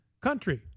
country